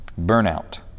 Burnout